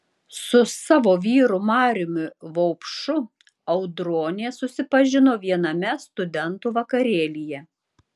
su savo vyru mariumi vaupšu audronė susipažino viename studentų vakarėlyje